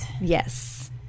yes